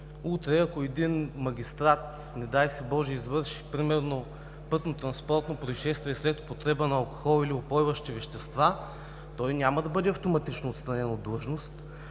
утре, ако един магистрат, не дай си Боже, извърши примерно пътнотранспортно произшествие след употреба на алкохол или упойващи вещества, той няма да бъде автоматично отстранен от длъжност.